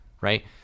right